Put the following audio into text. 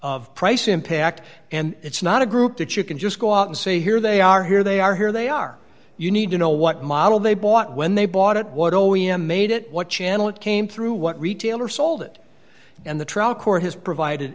of price impact and it's not a group that you can just go out and say here they are here they are here they are you need to know what model they bought when they bought it what o e m made it what channel it came through what retailers sold it and the trial court has provided